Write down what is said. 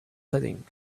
setting